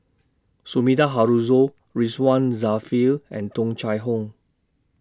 Sumida Haruzo Ridzwan Dzafir and Tung Chye Hong